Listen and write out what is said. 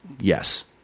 yes